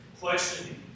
questioning